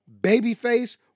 Babyface